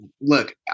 Look